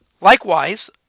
Likewise